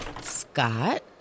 Scott